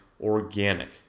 organic